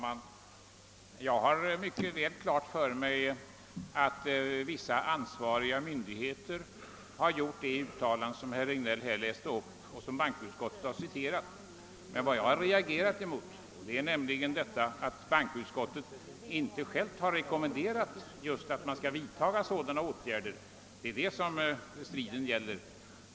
Herr talman! Jag har klart för mig att vissa ansvariga myndigheter har gjort det uttalande som herr Regnéll läste upp och som bankoutskottet har citerat. Vad jag har reagerat mot är att bankoutskottet inte har rekommenderat att man skall vidta sådana åtgärder — det är detta striden gäller.